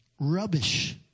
rubbish